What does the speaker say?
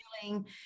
feeling